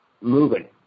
moving